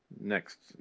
next